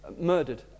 murdered